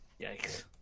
Yikes